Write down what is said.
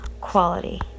quality